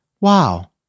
wow